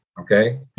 okay